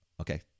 Okay